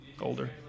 older